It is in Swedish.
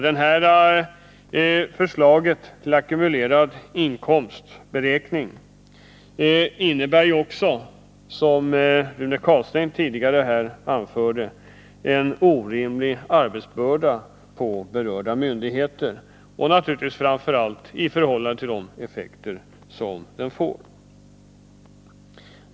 Det här förslaget till ackumulerad inkomstberäkning innebär också, som Rune Carlstein tidigare anförde, en orimlig arbetsbörda på berörda myndigheter — och naturligtvis framför allt i förhållande till de effekter den får.